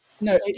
No